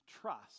trust